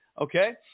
okay